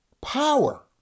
power